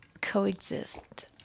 coexist